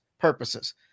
purposes